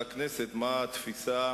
את מי הוא